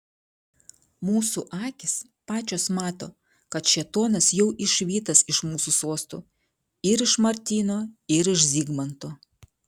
mūsų akys pačios mato kad šėtonas jau išvytas iš mūsų sostų ir iš martyno ir iš zigmanto